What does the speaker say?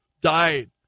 died